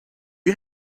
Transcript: you